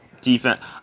defense